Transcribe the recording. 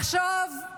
לחשוב,